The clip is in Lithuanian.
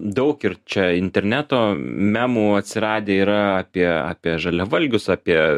daug ir čia interneto memų atsiradę yra apie apie žaliavalgius apie